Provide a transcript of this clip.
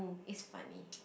it's funny